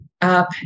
up